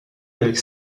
avec